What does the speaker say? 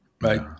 right